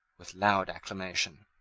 with loud acclamations.